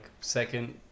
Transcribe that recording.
second